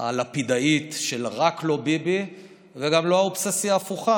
הלפידאית של "רק לא ביבי" וגם לא מהאובססיה ההפוכה,